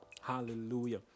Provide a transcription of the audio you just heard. Hallelujah